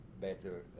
better